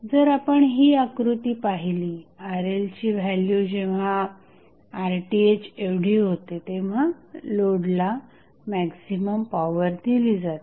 जर आपण ही आकृती पाहिली RL ची व्हॅल्यू जेव्हा RTh एवढी होते तेव्हा लोडला मॅक्झिमम पॉवर दिली जाते